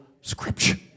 scripture